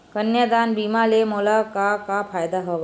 कन्यादान बीमा ले मोला का का फ़ायदा हवय?